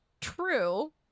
true